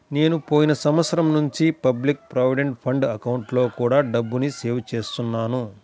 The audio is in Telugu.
నేను పోయిన సంవత్సరం నుంచి పబ్లిక్ ప్రావిడెంట్ ఫండ్ అకౌంట్లో కూడా డబ్బుని సేవ్ చేస్తున్నాను